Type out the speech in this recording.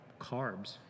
carbs